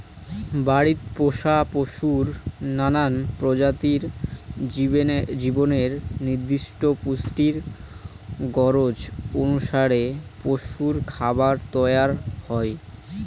বাড়িত পোষা পশুর নানান প্রজাতির জীবনের নির্দিষ্ট পুষ্টির গরোজ অনুসারে পশুরখাবার তৈয়ার হই